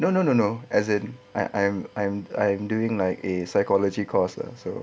no no no no as in I am I am I am doing like a psychology course lah so